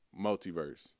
multiverse